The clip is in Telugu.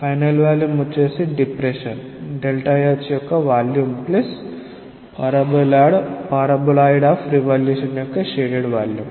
ఫైనల్ వాల్యూమ్ వచ్చేసి డిప్రెషన్ h యొక్క volume plus paraboloid of revolution యొక్క షేడెడ్ వాల్యూమ్